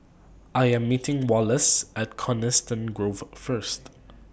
I Am meeting Wallace At Coniston Grove First